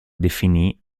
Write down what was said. definì